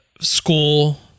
school